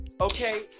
Okay